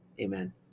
Amen